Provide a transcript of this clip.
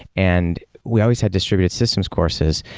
and we always had distributed systems courses,